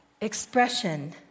expression